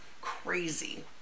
crazy